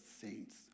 saints